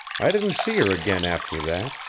i didn't see her again after that,